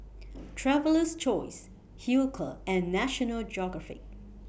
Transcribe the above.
Traveler's Choice Hilker and National Geographic